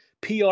PR